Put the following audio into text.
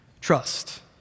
trust